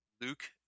Luke